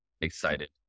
excited